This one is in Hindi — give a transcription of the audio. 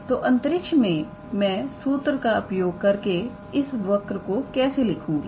तो अंतरिक्ष में मैं सूत्र का उपयोग करके इस वर्क को कैसे लिखूंगी